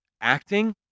acting